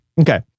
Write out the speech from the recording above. okay